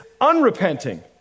unrepenting